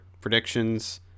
predictions